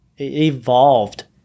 evolved